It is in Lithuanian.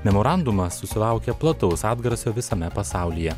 memorandumas susilaukė plataus atgarsio visame pasaulyje